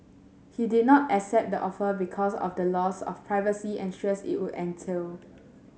he did not accept the offer because of the loss of privacy and stress it would entail